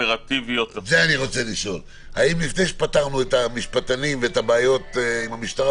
האם לפני שפתרנו את הבעיות המשפטיות